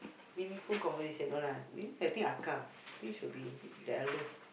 meaningful conversation no lah I think I think should be the eldest